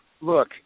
Look